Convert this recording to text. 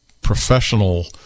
professional